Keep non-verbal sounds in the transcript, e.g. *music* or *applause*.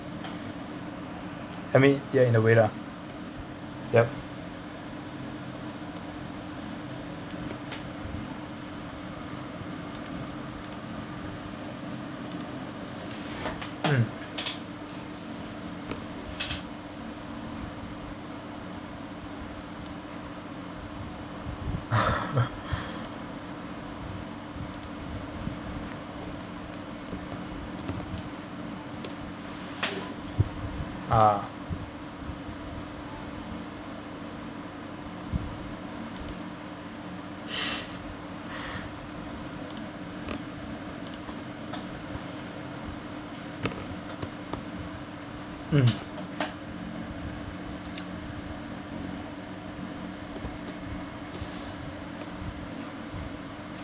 I mean yeah in a way lah yup mm *laughs* ah *laughs* mm